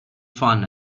fun